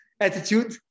attitude